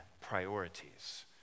priorities